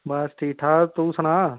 बस ठीक ठाक तूं सना